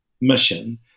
mission